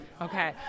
Okay